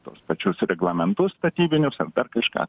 tuos pačius reglamentus statybinius ar dar kažką